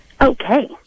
Okay